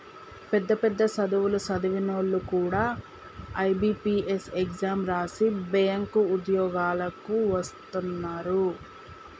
పెద్ద పెద్ద సదువులు సదివినోల్లు కూడా ఐ.బి.పీ.ఎస్ ఎగ్జాం రాసి బ్యేంకు ఉద్యోగాలకు వస్తున్నరు